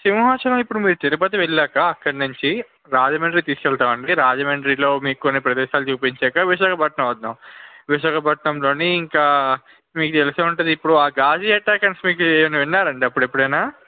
సింహాచలం ఇప్పుడు మీరు తిరుపతి వెళ్ళాక అక్కడ నుంచి రాజముండ్రి తీసుకువెళ్తామండి రాజముండ్రిలో మీకు కొన్ని ప్రదేశాలు చూపించాక విశాఖపట్నం వద్దాం విశాఖపట్నంలోని ఇంకా మీకు తెలిసే ఉంటుంది ఇప్పుడు ఆ ఘాజి ఎటాకర్స్ మీకు ఏమైనా విన్నారా అండి అప్పుడు ఎప్పుడు అయినా